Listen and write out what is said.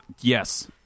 yes